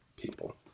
people